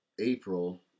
April